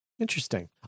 Interesting